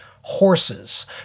Horses